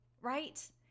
right